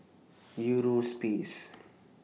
Eurospace